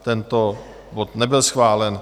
Tento bod nebyl schválen.